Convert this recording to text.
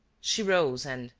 she rose and,